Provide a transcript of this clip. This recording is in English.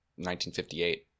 1958